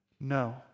No